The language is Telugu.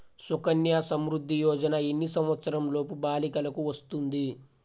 సుకన్య సంవృధ్ది యోజన ఎన్ని సంవత్సరంలోపు బాలికలకు వస్తుంది?